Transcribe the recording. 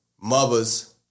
mothers